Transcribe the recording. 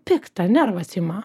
pikta nervas ima